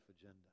agenda